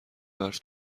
برف